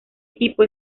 equipo